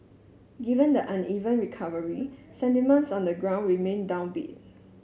given the uneven recovery sentiments on the ground remain downbeat